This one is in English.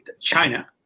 China